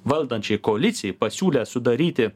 valdančiai koalicijai pasiūlę sudaryti